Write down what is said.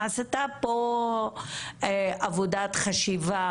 נעשתה פה עבודת חשיבה.